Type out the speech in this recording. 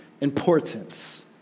importance